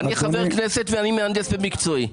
אני חבר כנסת ואני מהנדס במקצועי.